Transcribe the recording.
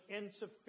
insufficient